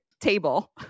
table